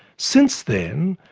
since then,